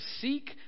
seek